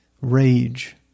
Rage